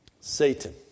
Satan